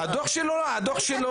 כתוב, כתוב.